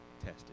tested